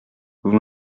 vous